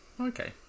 Okay